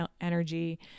energy